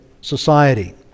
society